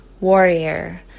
warrior